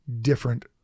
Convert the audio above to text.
different